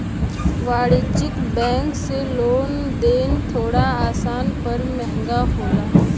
वाणिज्यिक बैंक से लेन देन थोड़ा आसान पर महंगा होला